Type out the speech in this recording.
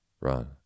run